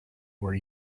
were